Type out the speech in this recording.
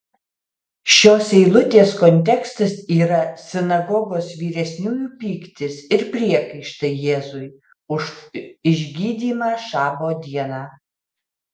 šios eilutės kontekstas yra sinagogos vyresniųjų pyktis ir priekaištai jėzui už išgydymą šabo dieną